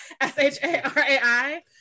s-h-a-r-a-i